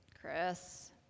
Chris